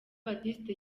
baptiste